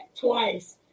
twice